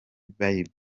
bible